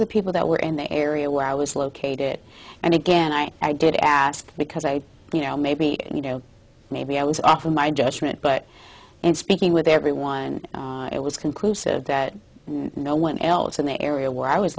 of the people that were in the area where i was located and again i did ask because i you know maybe you know maybe i was off in my judgment but in speaking with everyone it was conclusive that no one else in the area where i was